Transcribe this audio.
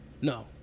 No